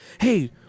hey